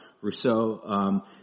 Rousseau –